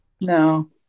no